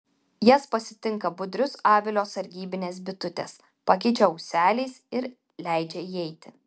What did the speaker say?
jas pasitinka budrius avilio sargybinės bitutės pakeičia ūseliais ir leidžia įeiti